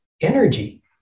energy